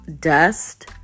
dust